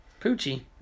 Poochie